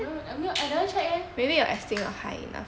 I don't know I never check leh maybe my astig not high enough